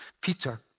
Peter